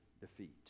defeat